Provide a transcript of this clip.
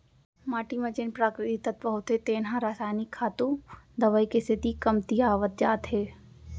माटी म जेन प्राकृतिक तत्व होथे तेन ह रसायनिक खातू, दवई के सेती कमतियावत जात हे